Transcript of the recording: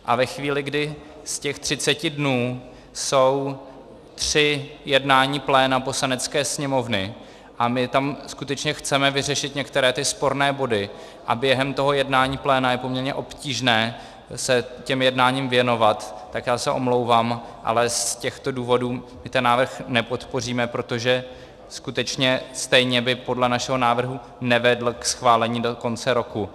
A ve chvíli, kdy z těch 30 dnů jsou tři jednání pléna Poslanecké sněmovny, a my tam skutečně chceme vyřešit některé ty sporné body, a během toho jednání pléna je poměrně obtížné se těm jednáním věnovat, tak já se omlouvám, ale z těchto důvodů my ten návrh nepodpoříme, protože skutečně stejně by podle našeho názoru nevedl ke schválení do konce roku.